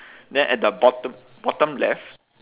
then at the bottom bottom left